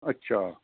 ਅੱਛਾ